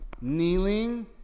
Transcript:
kneeling